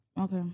Okay